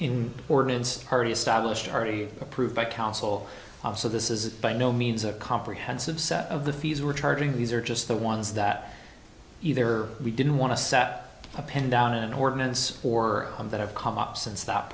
in ordinance party established already approved by council so this is by no means a comprehensive set of the fees were charging these are just the ones that either we didn't want to set a pin down in ordinance or that have come up since that